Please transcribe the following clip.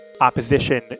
opposition